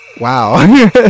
Wow